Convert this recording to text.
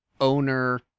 Owner